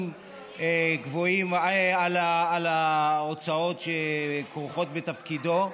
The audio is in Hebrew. גבוהים על ההוצאות שכרוכות בתפקידו.